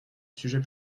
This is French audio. sujet